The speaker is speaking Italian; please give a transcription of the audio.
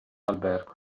albergo